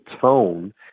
tone